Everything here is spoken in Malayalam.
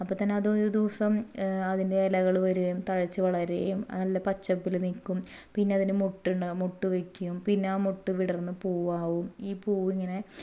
അപ്പം തന്നെ അത് ഒരു ദിവസം അതിൻ്റെ ഇലകൾ വരുകയും തഴച്ച് വളരുകയും അത് നല്ല പച്ചപ്പിൽ നിൽക്കും പിന്നെ അതിന് മൊട്ടുണ്ടാവും മൊട്ട് വയ്ക്കും പിന്നെ ആ മൊട്ട് വിടർന്ന് പൂവ് ആവും ഈ പൂവ് ഇങ്ങനെ